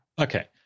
Okay